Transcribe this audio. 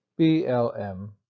blm